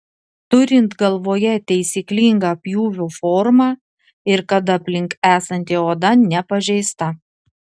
turint galvoje taisyklingą pjūvio formą ir kad aplink esanti oda nepažeista